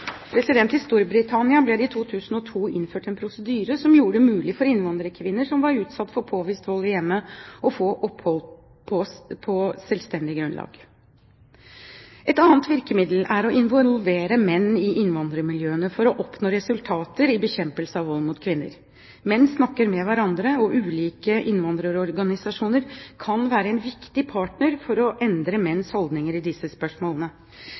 I Storbritannia ble det i 2002 innført en prosedyre som gjorde det mulig for innvandrerkvinner som var utsatt for påvist vold i hjemmet, å få opphold på selvstendig grunnlag. Et annet virkemiddel er å involvere menn i innvandrermiljøene for å oppnå resultater i bekjempelsen av vold mot kvinner. Menn snakker med hverandre, og ulike innvandrerorganisasjoner kan være en viktig partner for å endre menns holdninger i disse spørsmålene.